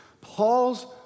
Paul's